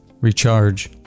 recharge